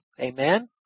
Amen